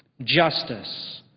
justice,